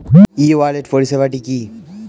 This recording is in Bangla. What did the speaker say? ই ওয়ালেট পরিষেবাটি কি?